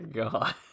god